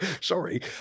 sorry